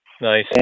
Nice